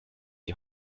die